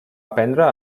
aprendre